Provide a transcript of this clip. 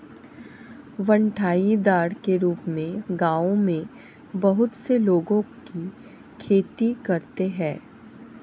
बँटाईदार के रूप में गाँवों में बहुत से लोगों की खेती करते हैं